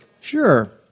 Sure